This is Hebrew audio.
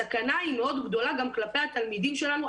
הסכנה היא מאוד גדולה גם כלפי התלמידים שלנו,